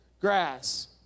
grass